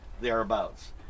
thereabouts